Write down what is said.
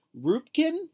Rupkin